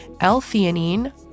L-theanine